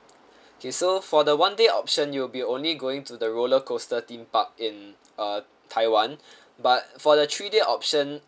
okay so for the one day option you'll be only going to the roller coaster theme park in uh taiwan but for the three day option